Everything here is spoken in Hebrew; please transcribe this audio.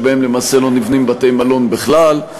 שבהם למעשה לא נבנים בתי-מלון בכלל.